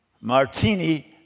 Martini